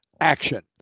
action